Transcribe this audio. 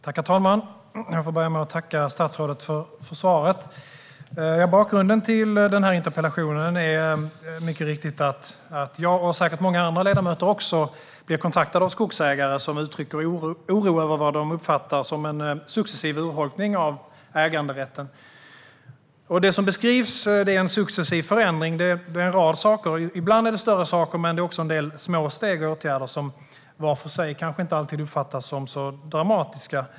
Herr talman! Jag vill börja med att tacka statsrådet för svaret. Bakgrunden till denna interpellation är mycket riktigt att jag, och säkert också många andra ledamöter, har blivit kontaktad av skogsägare som uttrycker oro över det som de uppfattar som en successiv urholkning av äganderätten. Det som beskrivs är en successiv förändring av en rad saker. Ibland handlar det om större förändringar, men det gäller även en del små steg och åtgärder som var för sig kanske inte alltid uppfattas som dramatiska.